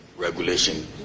regulation